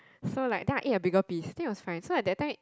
so like then I eat a bigger piece think of like so like that time